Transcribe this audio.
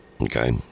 okay